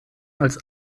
als